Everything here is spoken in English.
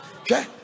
Okay